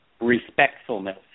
respectfulness